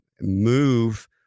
move